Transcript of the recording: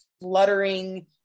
fluttering